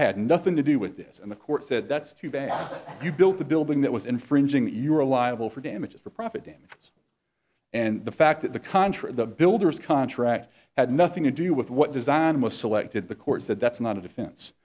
workers had nothing to do with this and the court said that's too bad you built the building that was infringing that you are liable for damages for profit damage and the fact that the contract the builders contract had nothing to do with what design was selected the court said that's not a defense